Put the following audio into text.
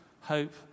hope